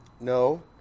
No